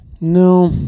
no